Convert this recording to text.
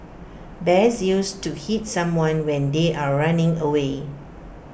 best used to hit someone when they are running away